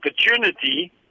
opportunity